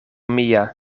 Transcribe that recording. mia